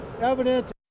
evidence